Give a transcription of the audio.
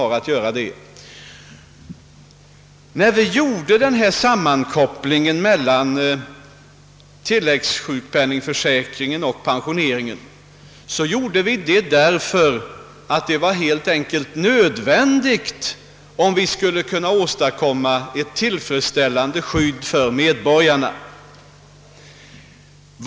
Anledningen till att vi införde denna sammankoppling mellan tilläggssjukpenningförsäkringen och pensionering en var, att det helt enkelt var nödvändigt, om vi skulle kunna åstadkomma ett tillfredsställande skydd för medborgarna.